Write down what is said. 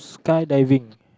skydiving